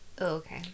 Okay